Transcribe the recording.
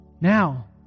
Now